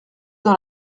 dans